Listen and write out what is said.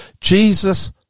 Jesus